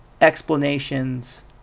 explanations